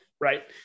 Right